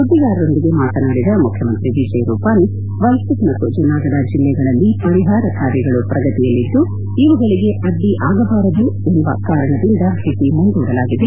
ಸುದ್ದಿಗಾರರೊಂದಿಗೆ ಮಾತನಾಡಿದ ಮುಖ್ಯಮಂತ್ರಿ ವಿಜಯ್ ರೂಪಾನಿ ವಲ್ಲದ್ ಮತ್ತು ಜುನಾಗಢ ಜಿಲ್ಲೆಗಳಲ್ಲಿ ಪರಿಷಾರ ಕಾರ್ಯಗಳು ಪ್ರಗತಿಯಲ್ಲಿದ್ದು ಇವುಗಳಿಗೆ ಅಡ್ಡಿಯಾಗಬಾರದು ಎಂದು ಭೇಟಿ ಮುಂದೂಡಲಾಗಿದೆ